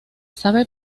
sabe